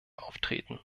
auftreten